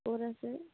ক'ত আছে